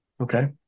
Okay